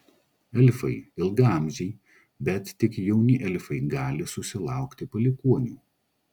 elfai ilgaamžiai bet tik jauni elfai gali susilaukti palikuonių